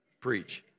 preach